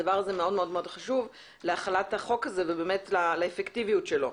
הדבר הזה מאוד מאוד חשוב להחלת החוק הזה ולאפקטיביות שלו.